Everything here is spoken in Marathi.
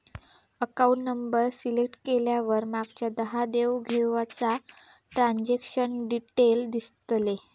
अकाउंट नंबर सिलेक्ट केल्यावर मागच्या दहा देव घेवीचा ट्रांजॅक्शन डिटेल दिसतले